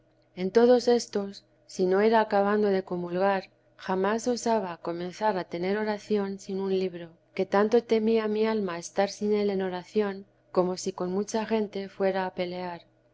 en todos éstos si no era acabando de comulgar jamás osaba comenzar a tener oración sin un libro que tanto temía mi alma estar sin él en oración como si con mucha gente fuera a pelear